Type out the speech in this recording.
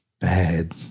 bad